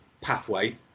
pathway